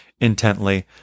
intently